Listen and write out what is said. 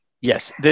Yes